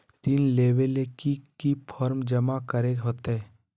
ऋण लेबे ले की की फॉर्म जमा करे होते?